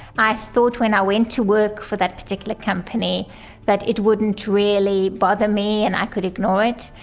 i thought when i went to work for that particular company that it wouldn't really bother me and i could ignore it.